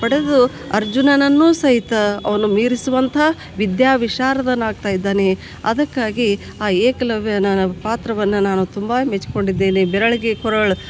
ಪಡೆದು ಅರ್ಜುನನನ್ನೂ ಸಹಿತ ಅವನು ಮೀರಿಸುವಂಥ ವಿದ್ಯಾವಿಶಾರದನಾಗ್ತಾ ಇದ್ದಾನೆ ಅದಕ್ಕಾಗಿ ಆ ಏಕಲವ್ಯನ ಪಾತ್ರವನ್ನು ನಾನು ತುಂಬ ಮೆಚ್ಚಿಕೊಂಡಿದ್ದೇನೆ ಬೆರಳಿಗೆ ಕೊರಳ್